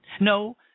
No